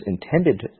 intended